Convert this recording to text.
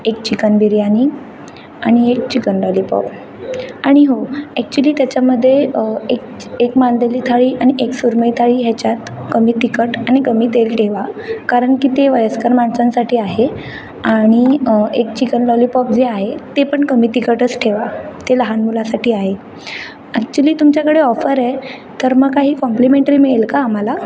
एक चिकन बिर्यानी आणि एक चिकन लॉलीपॉप आणि हो ॲक्च्युली त्याच्यामध्ये एक एक मांदेली थाळी आणि एक सुरमई थाळी ह्याच्यात कमी तिखट आणि कमी तेल ठेवा कारण की ते वयस्कर माणसांसाठी आहे आणि एक चिकन लॉलीपॉप जे आहे ते पण कमी तिखटच ठेवा ते लहान मुलासाठी आहे ॲक्च्युली तुमच्याकडे ऑफर आहे तर मग काही कॉम्प्लिमेंटरी मिळेल का आम्हाला